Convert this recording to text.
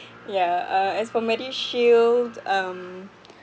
yeah uh as for medishield um